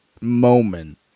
moment